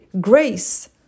grace